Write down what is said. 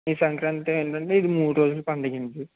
ఈ సంక్రాంతి ఏంటంటే ఇది మూడు రోజుల పండగండి